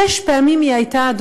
שש פעמים היא הייתה במשטרה,